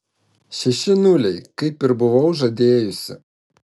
šeši nuliai kaip ir buvau žadėjusi